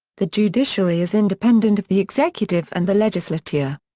the judiciary is independent of the executive and the legislature.